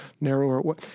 narrower